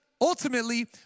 ultimately